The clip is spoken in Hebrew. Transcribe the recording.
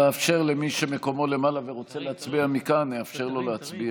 אאפשר למי שמקומו למעלה ורוצה להצביע מכאן להצביע.